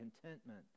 contentment